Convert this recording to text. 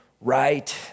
right